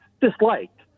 disliked